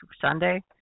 Sunday